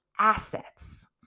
assets